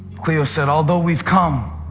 cleo said, although we've come